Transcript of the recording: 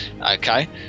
Okay